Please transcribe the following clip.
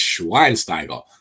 Schweinsteiger